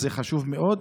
אז זה חשוב מאוד.